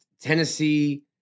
Tennessee